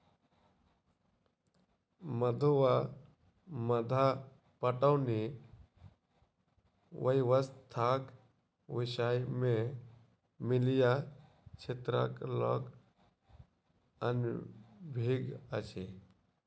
मद्दु वा मद्दा पटौनी व्यवस्थाक विषय मे मिथिला क्षेत्रक लोक अनभिज्ञ अछि